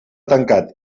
tancat